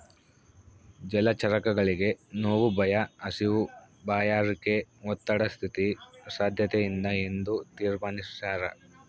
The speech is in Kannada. ಜಲಚರಗಳಿಗೆ ನೋವು ಭಯ ಹಸಿವು ಬಾಯಾರಿಕೆ ಒತ್ತಡ ಸ್ಥಿತಿ ಸಾದ್ಯತೆಯಿಂದ ಎಂದು ತೀರ್ಮಾನಿಸ್ಯಾರ